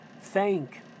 thank